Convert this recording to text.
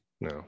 No